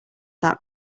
that